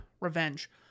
revenge